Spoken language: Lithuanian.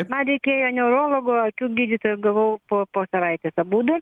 man reikėjo neurologo akių gydytojo gavau po po savaitės abudu